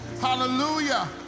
hallelujah